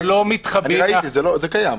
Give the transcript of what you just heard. אני ראיתי, זה קיים.